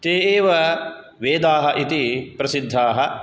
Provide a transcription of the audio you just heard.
ते एव वेदाः इति प्रसिद्धाः